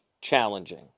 challenging